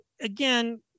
again